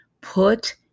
Put